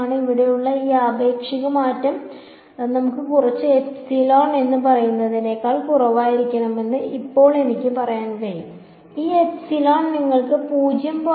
ഇവിടെയുള്ള ഈ ആപേക്ഷിക മാറ്റം നമുക്ക് കുറച്ച് എപ്സിലോൺ എന്ന് പറയുന്നതിനേക്കാൾ കുറവായിരിക്കണമെന്ന് ഇപ്പോൾ എനിക്ക് പറയാൻ കഴിയും ഈ എപ്സിലോൺ നിങ്ങൾക്ക് 0